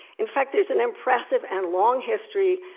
in fact, there's an impressive and long history,